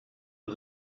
but